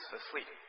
asleep